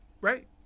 Right